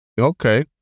Okay